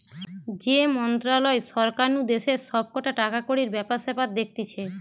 যে মন্ত্রণালয় সরকার নু দেশের সব কটা টাকাকড়ির ব্যাপার স্যাপার দেখতিছে